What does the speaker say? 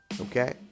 okay